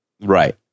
Right